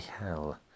hell